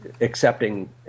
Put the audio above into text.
accepting –